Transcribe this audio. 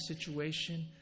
situation